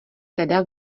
teda